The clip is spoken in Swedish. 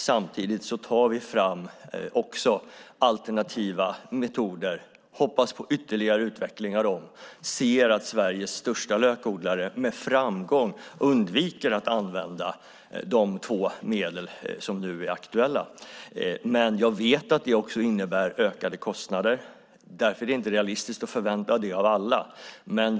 Samtidigt tar vi också fram alternativa metoder, hoppas på ytterligare utveckling av dem och ser att Sveriges största lökodlare med framgång undviker att använda de två medel som nu är aktuella. Jag vet att det innebär ökade kostnader, och därför är det inte realistiskt att förvänta sig det av alla.